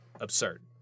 absurd